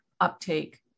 uptake